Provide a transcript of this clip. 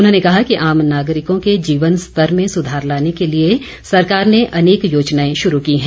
उन्होंने कहा कि आम नागरिकों के जीवन स्तर में सुधार लाने के लिए सरकार ने अनेक योजनाएं शुरू की हैं